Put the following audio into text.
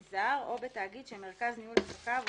או תושב חוץ.